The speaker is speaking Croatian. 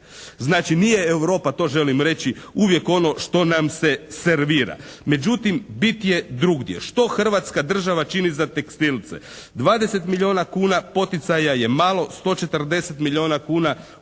Znači nije Europa, to želim reći, uvijek ono što nam se servira. Međutim, bit je drugdje. Što hrvatska država čini za tekstilce? 20 milijuna kuna poticaja je malo, 140 milijuna kuna ukupno